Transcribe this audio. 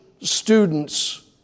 students